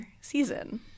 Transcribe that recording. season